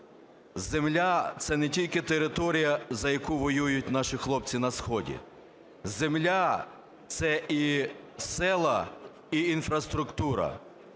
Земля – це не тільки територія, за яку воюють наші хлопці на сході, земля – це і села, і інфраструктура.